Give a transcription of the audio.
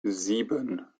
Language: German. sieben